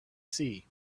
see